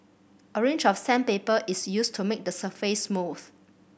a range of sandpaper is used to make the surface smooth